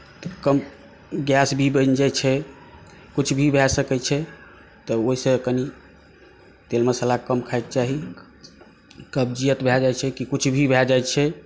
तऽ कम गैस भी बनि जाइ छै किछु भी भए सकै छै तऽ ओहिसे कनि तेल मसाला कम खायके चाही कब्जियत भए जाइ छै कि किछु भी भए जाइ छै